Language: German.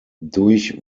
durch